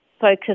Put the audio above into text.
focus